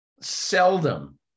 seldom